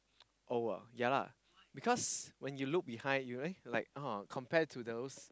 old ah ya lah because when you look behind you eh oh like compared to those